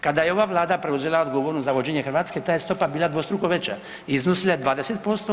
Kada je ova Vlada preuzela odgovornost za vođenje Hrvatske ta je stopa bila dvostruko veća i iznosila je 20%